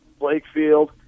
Blakefield